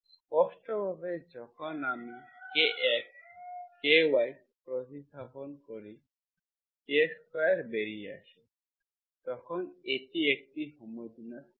স্পষ্ট ভাবে যখন আমি kX kY প্রতিস্থাপন করি k স্কোয়ার বেরিয়ে আসে তখন এটি একটি হোমোজেনিয়াস ফাংশন